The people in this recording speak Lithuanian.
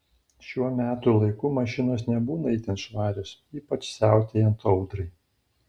šiuo metų laiku mašinos nebūna itin švarios ypač siautėjant audrai